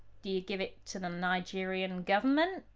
do you give it to the nigerian government,